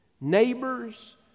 neighbors